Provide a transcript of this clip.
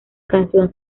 canción